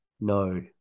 No